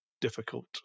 difficult